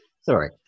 Sorry